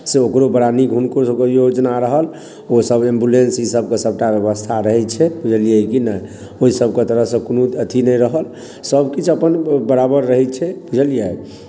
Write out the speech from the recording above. से ओकरो बड़ा नीक हुनकोसभके योजना रहल ओसभ एम्बुलेंस ईसभके सभटा व्यवस्था रहैत छै बुझलियै की नहि ओहिसभके तरफसँ कोनो अथी नहि रहल सभकिछु अपन ओहि बराबर रहै छै बुझलियै